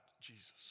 Jesus